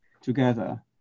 together